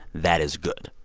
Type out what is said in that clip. that is good